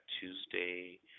Tuesday